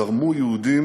זרמו יהודים